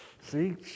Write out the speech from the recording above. See